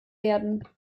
werden